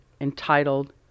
entitled